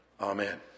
Amen